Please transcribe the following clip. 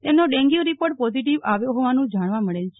તેમનો dengue report positive આવ્યો હોવાનું જાણવા મળે છે